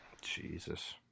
Jesus